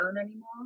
anymore